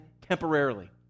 temporarily